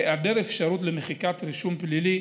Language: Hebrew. היעדר אפשרות למחיקת רישום פלילי,